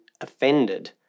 offended